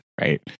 right